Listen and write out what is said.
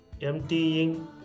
emptying